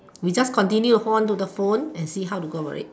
we just continue hold on to the phone and see how to go about it